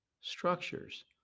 structures